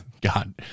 god